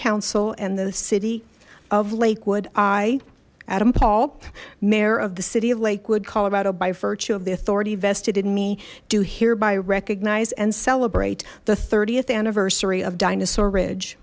council and the city of lakewood i adam paul mayor of the city of lakewood colorado by virtue of the authority vested in me do hereby recognize and celebrate the th anniversary of dinosaur ridge